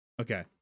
Okay